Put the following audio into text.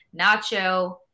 Nacho